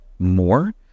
more